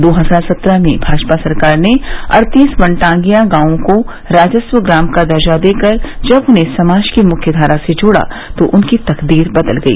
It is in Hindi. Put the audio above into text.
दो हजार सत्रह में भाजपा सरकार ने अड़तीस वनटांगिया गायों को राजस्व ग्राम का दर्जा देकर जब उन्हें समाज की मुख्यधारा से जोड़ा तो उनकी तकदीर बदल गई